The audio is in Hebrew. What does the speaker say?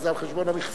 אבל זה על חשבון המכסה,